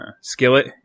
skillet